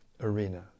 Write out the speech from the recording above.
arena